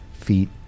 feet